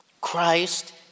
Christ